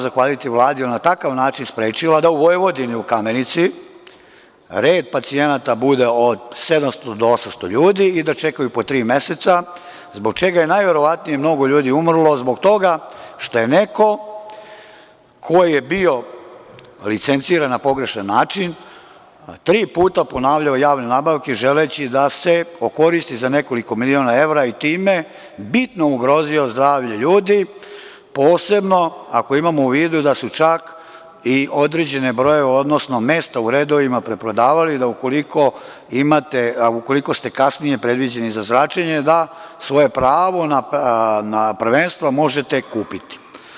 Zahvaljujući Vladi na takav način je sprečila da u Vojvodini u Kamenici, red pacijenata bude od 700 do 800 ljudi i da čekaju po tri meseca, zbog čega je najverovatnije mnogo ljudi umrlo zbog toga što je neko ko je bio licenciran na pogrešan način, tri puta ponavljao javne nabavke želeći da se okoristi za nekoliko miliona evra i time bitno ugrozio zdravlje ljudi, posebno ako imamo u vidu da su čak i određene brojeve, odnosno mesta u redovima preprodavali, da ukoliko ste kasnije predviđeni za zračenje da svoje pravo na prvenstvo možete kupiti.